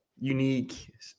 unique